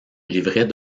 livret